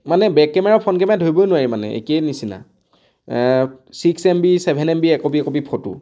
মানে back camera front camera ধৰিবই নোৱাৰি মানে একেই নিচিনা six M B seven M B একপি একপি ফটো